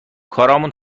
کارامون